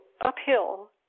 uphill